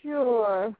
Sure